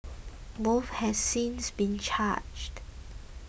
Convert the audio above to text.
both have since been charged